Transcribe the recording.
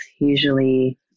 usually